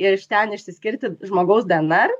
iš ten išsiskirti žmogaus dnr